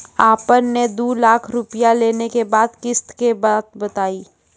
आपन ने दू लाख रुपिया लेने के बाद किस्त के बात बतायी?